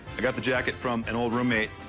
i got the jacket from an old roommate.